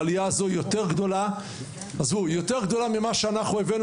העליה הזו יותר גדולה ממה שאנחנו הבאנו